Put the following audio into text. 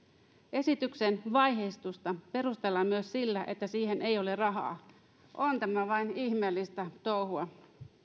esityksen vaiheistusta perustellaan myös sillä että siihen ei ole rahaa on tämä vain ihmeellistä touhua